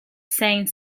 saint